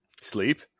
Sleep